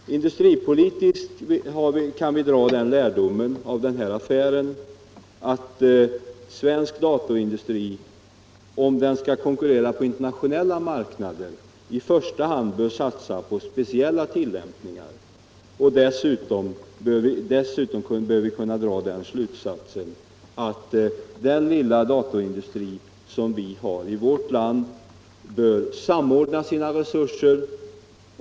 Industripolitiskt kan vi dra den lärdomen av detta arbete att svensk datorindustri, om den skall konkurrera på internationella marknader, i första hand bör satsa på speciella tillämpningar. Dessutom bör vi kunna dra den slutsatsen att den lilla datorindustri som vi har i vårt land bör samordna sina resurser.